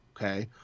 Okay